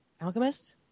Alchemist